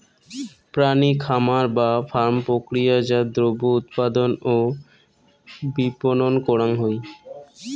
প্রাণী খামার বা ফার্ম প্রক্রিয়াজাত দ্রব্য উৎপাদন ও বিপণন করাং হই